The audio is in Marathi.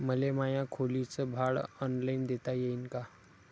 मले माया खोलीच भाड ऑनलाईन देता येईन का?